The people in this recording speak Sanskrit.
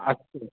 अस्तु